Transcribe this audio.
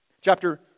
Chapter